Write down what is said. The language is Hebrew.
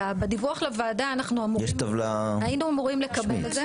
בדיווח לוועדה היינו אמורים לקבל את זה.